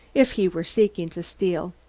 if he were seeking to steal.